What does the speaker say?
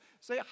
say